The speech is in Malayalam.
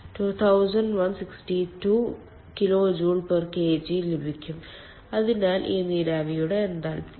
0 kJkg ലഭിക്കും അതാണ് ഈ നീരാവിയുടെ എൻതാൽപ്പി